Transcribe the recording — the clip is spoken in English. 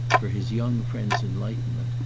for his young friend's enlightenment,